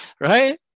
right